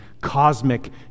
cosmic